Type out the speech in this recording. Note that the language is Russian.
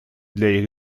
для